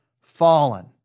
Fallen